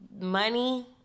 money